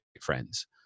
friends